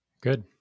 Good